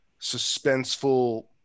suspenseful